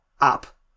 up